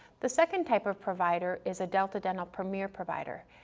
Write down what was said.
the second type of provider is a delta dental premier provider.